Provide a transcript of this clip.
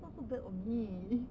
that's so bad on me